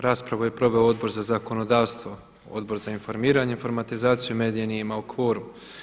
Raspravu je proveo Odbor za zakonodavstvo, Odbor za informiranje, informatizaciju i medije nije imao kvorum.